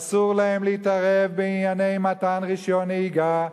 אסור להם להתערב בענייני מתן רשיון נהיגה,